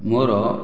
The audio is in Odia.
ମୋର